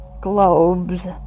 globes